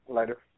Later